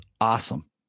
awesome